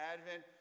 Advent